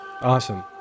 awesome